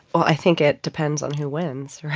i think it depends on who wins, right?